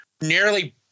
nearly